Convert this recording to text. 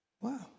Wow